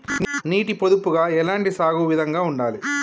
నీటి పొదుపుగా ఎలాంటి సాగు విధంగా ఉండాలి?